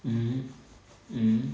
mm mm